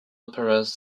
operas